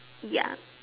ya